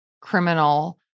criminal